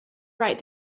write